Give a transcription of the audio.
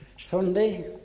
Sunday